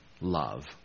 love